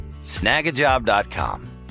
Snagajob.com